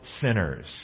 sinners